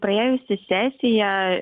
praėjusi sesija